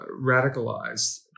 radicalized